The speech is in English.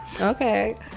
okay